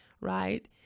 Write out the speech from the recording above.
right